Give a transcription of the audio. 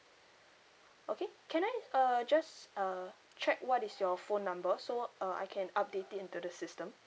okay can I uh just uh check what is your phone number so uh I can update it into the system